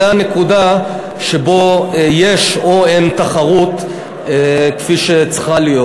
זו הנקודה שבה יש או אין תחרות כפי שצריכה להיות.